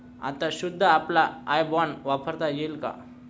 आता सुद्धा आपला आय बॅन वापरता येईल का?